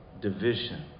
division